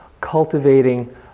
cultivating